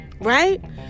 right